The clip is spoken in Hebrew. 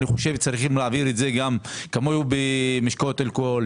צריך להעביר את זה גם כמו במשקאות אלכוהול,